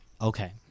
Okay